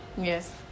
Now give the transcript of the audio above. Yes